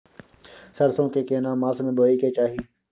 सरसो के केना मास में बोय के चाही?